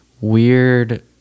weird